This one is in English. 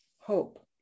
hope